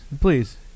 please